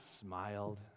smiled